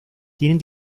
tienen